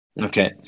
Okay